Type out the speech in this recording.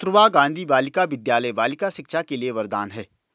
कस्तूरबा गांधी बालिका विद्यालय बालिका शिक्षा के लिए वरदान है